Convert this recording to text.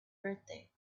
birthday